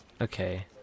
Okay